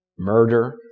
murder